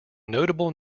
notable